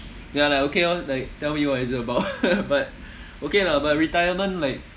then I'm like okay orh like tell me what is it about but okay lah but retirement like